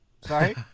Sorry